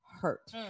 hurt